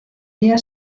día